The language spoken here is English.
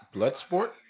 Bloodsport